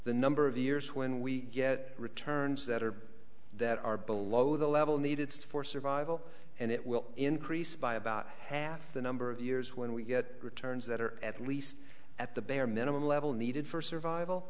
the number of years when we get returns that are that are below the level needed for survival and it will increase by about half the number of years when we get returns that are at least at the bare minimum level needed for survival